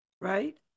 Right